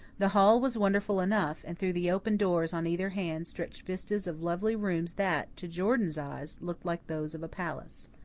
the hall was wonderful enough, and through the open doors on either hand stretched vistas of lovely rooms that, to jordan's eyes, looked like those of a palace.